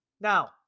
Now